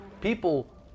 People